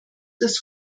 das